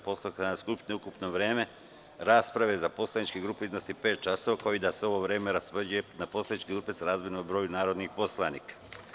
Poslovnika Narodne skupštine, ukupno vreme rasprave za poslaničke grupe iznosi pet časova, kao i da se ovo vreme raspoređuje na poslaničke grupe srazmerno broju narodnih poslanika.